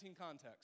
context